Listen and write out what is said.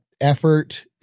effort